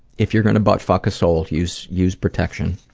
if you're gonna buttfuck a soul, use use protection.